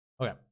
Okay